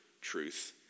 truth